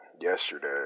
yesterday